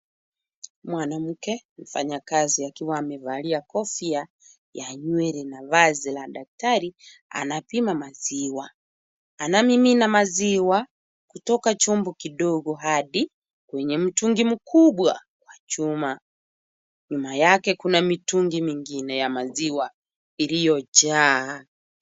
Mwanamke mfanyakazi akiwa amevalia kofia ya nywele na vazi la daktari anapima maziwa. Anamimina maziwa kutoka chombo kidogo hadi kwenye mtungi mkubwa wa chuma. Nyuma yake kuna mitungi mingine ya maziwa iliyojaa.